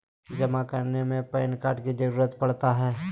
जमा करने में पैन कार्ड की जरूरत पड़ता है?